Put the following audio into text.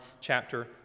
chapter